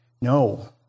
no